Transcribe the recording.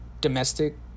domestic